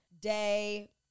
day